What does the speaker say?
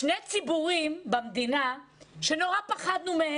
היו שני ציבורים במדינה שמאוד פחדנו מה